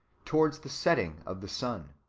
towards the setting of the sun.